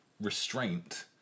restraint